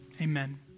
Amen